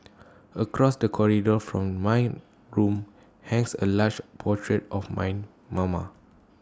across the corridor from my room hangs A large portrait of my mama